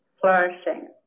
flourishing